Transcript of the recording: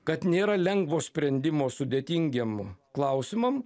kad nėra lengvo sprendimo sudėtingiem klausimam